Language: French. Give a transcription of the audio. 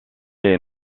est